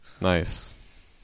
Nice